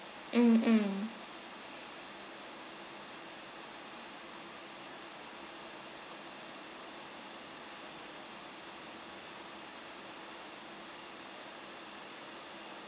mm mm